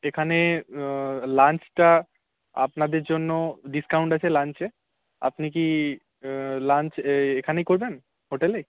এখানে লাঞ্চটা আপনাদের জন্য ডিসকাউন্ট আছে লাঞ্চে আপনি কি লাঞ্চ এখানেই করবেন হোটেলেই